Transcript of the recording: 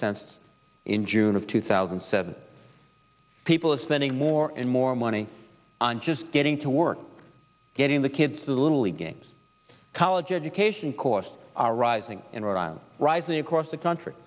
cents in june of two thousand and seven people are spending more and more money on just getting to work getting the kids to little league games college education costs are rising in rhode island rising across the country